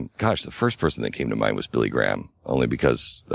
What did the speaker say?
and gosh, the first person that came to mind was billy graham, only because